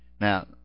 Now